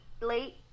late